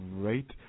great